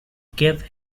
give